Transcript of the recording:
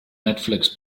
netflix